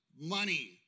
money